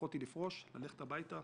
יכולתי לפרוש, ללכת הביתה